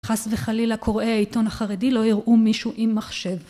חס וחלילה קוראי העיתון החרדי לא הראו מישהו עם מחשב